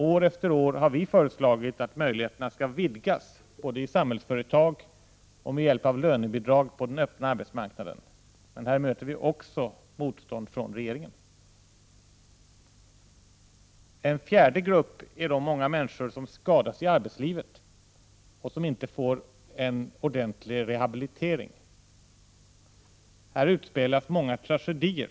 År efter år har vi föreslagit att möjligheterna skall vidgas både i Samhällsföretag och med hjälp av lönebidrag på den öppna arbetsmarknaden. Men här möter vi också motstånd från regeringen. En fjärde grupp är de många människor som skadas i arbetslivet och som inte får en ordentlig rehabilitering. Här utspelas många tragedier.